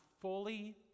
fully